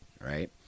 right